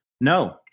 No